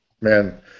Man